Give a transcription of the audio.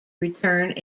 return